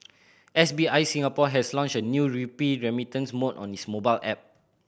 S B I Singapore has launched a new rupee remittance mode on its mobile app